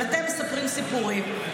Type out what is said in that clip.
אבל אתם מספרים סיפורים,